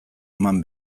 eman